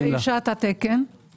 סיוואר חלבי.